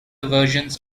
versions